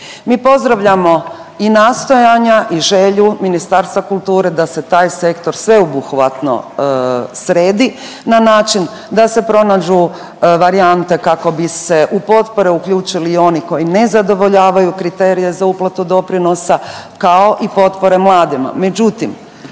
Mi pozdravljamo i nastojanja i želju Ministarstva kulture da se taj sektor sveobuhvatno sredi na način da se pronađu varijante kako bi se u potpore uključili i oni koji ne zadovoljavaju kriterije za uplatu doprinosa kao i potpore mladima.